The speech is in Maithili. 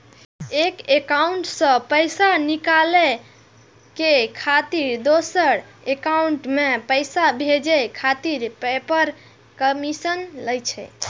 एक एकाउंट सं पैसा निकालि कें दोसर एकाउंट मे पैसा भेजै खातिर पेपल कमीशन लै छै